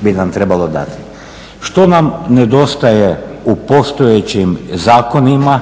bi nam trebalo …/Govornik se ne razumije./… Što nam nedostaje u postojećim zakonima